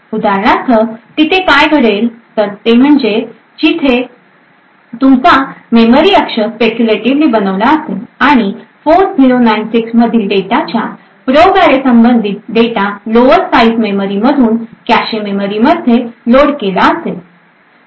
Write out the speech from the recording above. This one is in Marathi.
उदाहरणार्थ तिथे काय घडेल तर ते म्हणजे तिथे तुमचा मेमरी अक्ष स्पेक्युलेटीवली बनवला असेल आणि 4096 मधील डेटाच्या प्रोब अॅरे संबंधित डेटा लोअर साईज मेमरी मधून कॅशे मेमरी मध्ये लोड केला असेल